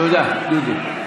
תודה, דודי.